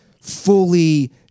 fully –